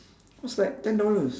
was like ten dollars